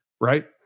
Right